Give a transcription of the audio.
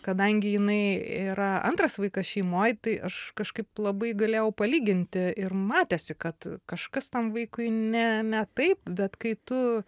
kadangi jinai yra antras vaikas šeimoj tai aš kažkaip labai galėjau palyginti ir matėsi kad kažkas tam vaikui ne ne taip bet kai tu